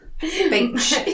bench